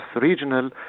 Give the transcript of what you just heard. regional